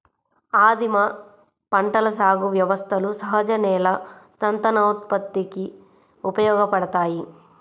ఆదిమ పంటల సాగు వ్యవస్థలు సహజ నేల సంతానోత్పత్తికి ఉపయోగపడతాయి